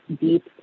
deep